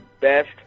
best